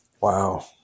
Wow